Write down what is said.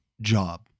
job